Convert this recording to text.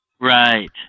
Right